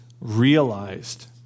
realized